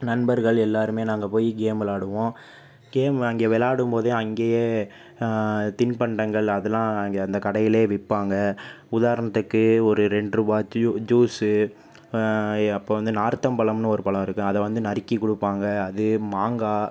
நண்பர்கள் எல்லோருமே நாங்கள் போய் கேம் விளாடுவோம் கேம் அங்கே வெளாடும் போதே அங்கேயே தின்பண்டங்கள் அதெல்லாம் அங்க அந்த கடைலயே விற்பாங்க உதாரணத்துக்கு ஒரு ரெண்டு ரூபாய்க்கு ஜூஸு அப்பப்போ வந்து நாரத்தம் பழம்ன்னு ஒரு பழம் இருக்கும் அதை வந்து நறுக்கி கொடுப்பாங்க அது மாங்காய்